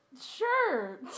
Sure